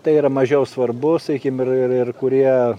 tai yra mažiau svarbu sakykim ir ir kurie